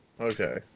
Okay